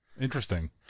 Interesting